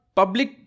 public